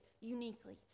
uniquely